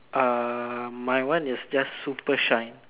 err my one is just super shine